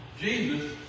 Jesus